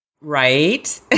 right